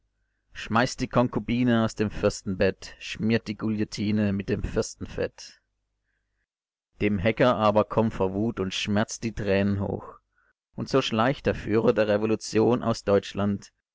schmeißt die konkubine aus dem fürstenbett schmiert die guillotine mit dem fürstenfett dem hecker aber kommen vor wut und schmerz die tränen hoch und so schleicht der führer der revolution aus deutschland